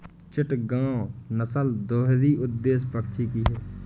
चिटगांव नस्ल दोहरी उद्देश्य पक्षी की है